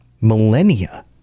millennia